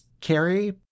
carry